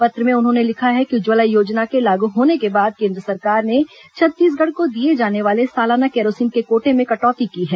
पत्र में उन्होंने लिखा है कि उज्जवला योजना के लागू होने के बाद केन्द्र सरकार ने छत्तीसगढ़ को दिए जाने वाले सालाना कैरोसिन के कोटे में कटौती की है